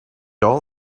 all